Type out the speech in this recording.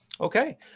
Okay